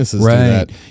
right